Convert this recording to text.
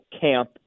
camp